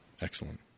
Excellent